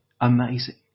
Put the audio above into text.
amazing